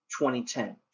2010